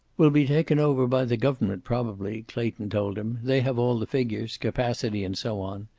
we'll be taken over by the government, probably, clayton told him. they have all the figures, capacity and so on.